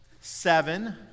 seven